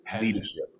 leadership